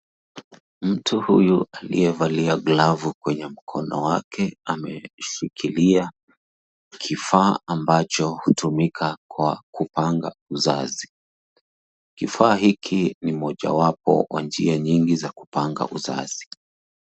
Mtu huyu aliyevalia glavu kwenye mkono wake, ameshikilia kifaa ambacho hutumika kwa kupanga uzazi. Kifaa hiki ni mojawapo wa njia nyingi za kupanga uzazi.